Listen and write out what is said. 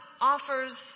offers